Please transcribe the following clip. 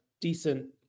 decent